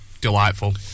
delightful